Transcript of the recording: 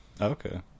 Okay